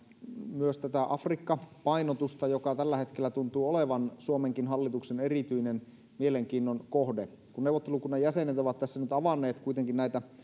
myös tätä afrikka painotusta joka tällä hetkellä tuntuu olevan suomenkin hallituksen erityinen mielenkiinnon kohde kun neuvottelukunnan jäsenet ovat tässä nyt avanneet näitä